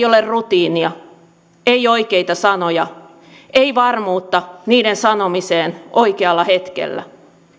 ole rutiinia ei oikeita sanoja ei varmuutta niiden sanomiseen oikealla hetkellä